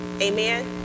Amen